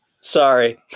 Sorry